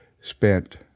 spent